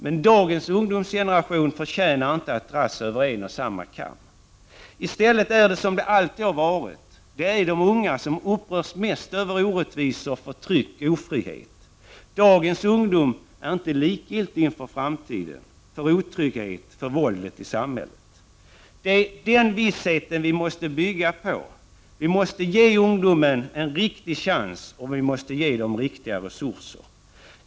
Men dagens ungdomsgeneration förtjänar inte att dras över en och samma kam. I stället är det som det alltid har varit: det är de unga som upprörs mest över orättvisor, förtryck och ofrihet. Dagens ungdom är inte likgiltig inför framtiden och inför otryggheten och våldet i samhället. Den vissheten måste vi bygga på. Vi måste ge ungdomen en rimlig chans och riktiga resurser.